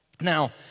Now